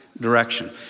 direction